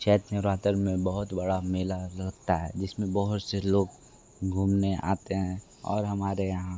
चैत्र नवरात्र में बहुत बड़ा मेला लगता है जिसमें बहुत से लोग घूमने आते हैं और हमारे यहाँ